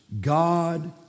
God